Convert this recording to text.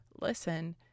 listen